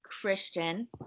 Christian